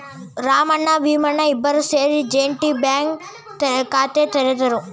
ರಾಮಣ್ಣ ಭೀಮಣ್ಣ ಇಬ್ಬರೂ ಸೇರಿ joint bank ಖಾತೆ ತೆರೆದರು